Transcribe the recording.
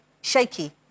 shaky